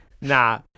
Nah